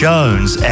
Jones